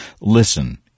Listen